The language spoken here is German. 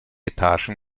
etagen